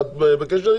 את בקשר איתן?